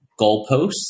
goalposts